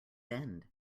end